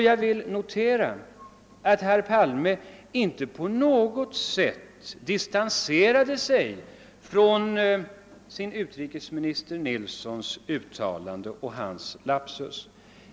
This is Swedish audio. Jag vill notera att herr Palme inte på något sätt distanserade sig från sin utrikesminister Nilssons uttalande och lapsus.